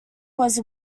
was